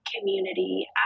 community